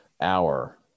hour